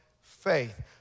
faith